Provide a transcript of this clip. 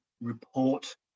report